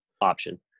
option